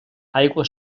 aigua